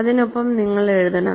അതിനൊപ്പം നിങ്ങൾ എഴുതണം